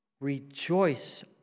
Rejoice